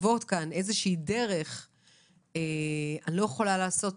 אני לא יכולה לעשות